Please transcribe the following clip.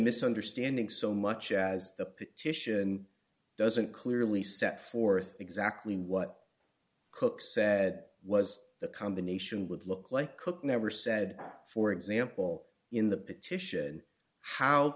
misunderstanding so much as the petition doesn't clearly set forth exactly what cook said was d the combination would look like cook never said for example in the